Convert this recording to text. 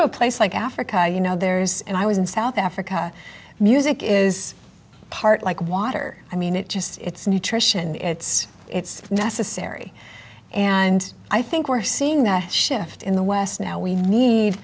to a place like africa you know there's and i was in south africa music is part like water i mean it just it's nutrition it's it's necessary and i think we're seeing that shift in the west now we need